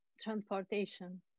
transportation